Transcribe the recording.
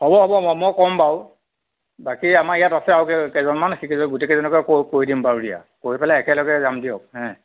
হ'ব হ'ব মই ক'ম বাৰু বাকী আমাৰ ইয়াত আছে আৰু কেইজনমান সেইকেইজন গোটেই কেইজনকে কৈ দিম বাৰু দিয়া কৈ পেলাই একেলগে যাম দিয়ক হেঁ